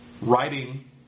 writing